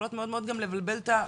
יכולות גם מאוד לבלבל את המחוקק,